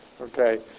okay